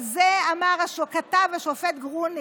על זה כתב השופט גרוניס,